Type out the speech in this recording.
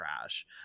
trash